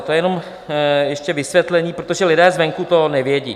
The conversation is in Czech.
To je jenom ještě vysvětlení, protože lidé zvenku to nevědí.